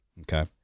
Okay